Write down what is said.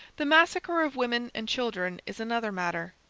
the massacre of women and children is another matter,